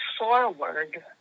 forward